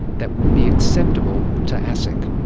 that would be acceptable to asic.